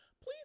please